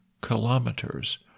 kilometers